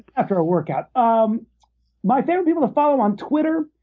after a workout. um my favorite people to follow on twitter,